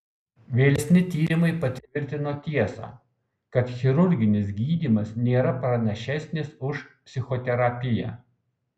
vėlesni tyrimai patvirtino tiesą kad chirurginis gydymas nėra pranašesnis už psichoterapiją